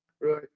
Right